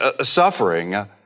suffering